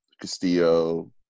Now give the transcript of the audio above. Castillo –